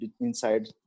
inside